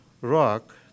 rock